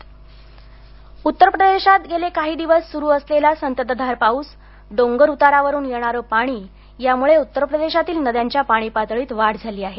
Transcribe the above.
पाऊस उत्तर प्रदेश उत्तर प्रदेशांत गेले काही दिवस सुरु असलेले संततधार पाऊस डोंगरउतारावरुन येणारं पाणी यामुळे उत्तर प्रदेशातील नद्याच्या पाणीपातळीत वाढ होत आहे